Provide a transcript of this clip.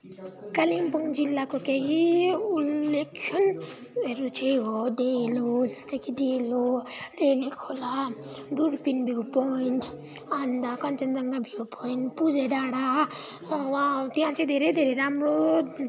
कालिम्पोङको जिल्लाको केही उल्लेखनीयहरू चाहिँ हो डेलो जस्तै कि डेलो रेली खोला दुर्बिन भ्यु पइन्ट अन्त कञ्चनजङ्घा भ्यु पइन्ट पूजे डाँडा वा त्यहाँ चाहिँ धेरै धेरै राम्रो